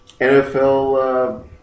NFL